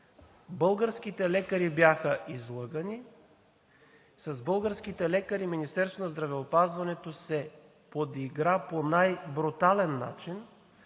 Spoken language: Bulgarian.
българските лекари бяха излъгани, с българските лекари Министерството на здравеопазването се подигра по най-брутален начин,